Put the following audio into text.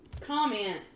comment